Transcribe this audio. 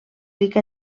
rica